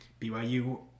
BYU